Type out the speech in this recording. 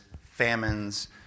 famines